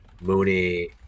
Mooney